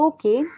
Okay